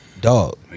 Dog